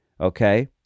Okay